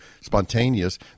spontaneous